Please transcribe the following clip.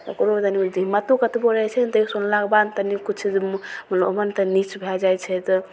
ओकरो तनि हिम्मतो कतबो रहय छै ने तइयो सुनलाक बाद तनि किछु तऽ लोभन तऽ नीच भए जाइ छै तऽ